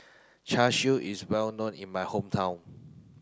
Char Siu is well known in my hometown